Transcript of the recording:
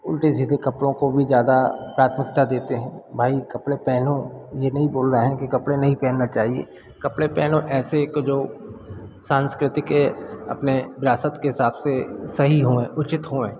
उलटे सीधे कपड़ों को भी ज़्यादा प्राथमिकता देते हैं भाई कपड़े पहनो यह नहीं बोल रहे हैं कि कपड़े नहीं पहनना चाहिए कपड़े पहनो ऐसे जो सांस्कृती के अपने विरासत के हिसाब से सही हों उचित हों